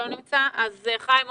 חיים עופר,